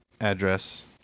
address